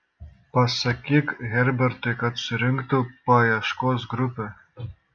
pasakyk herbertui kad surinktų paieškos grupę